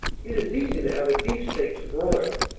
it is easy to have a beefsteak to broil,